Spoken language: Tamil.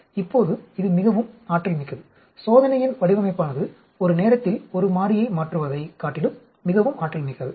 இப்போது இது மிகவும் ஆற்றல் மிக்கது சோதனையின் வடிவமைப்பானது ஒரு நேரத்தில் ஒரு மாறியை மாற்றுவதைக் காட்டிலும் மிகவும் ஆற்றல் மிக்கது